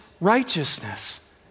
righteousness